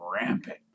rampant